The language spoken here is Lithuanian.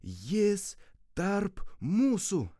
jis tarp mūsų